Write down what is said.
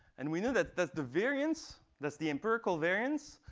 and we know that that's the variance, that's the empirical variance,